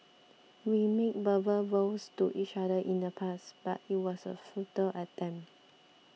we made verbal vows to each other in the past but it was a futile attempt